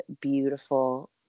beautiful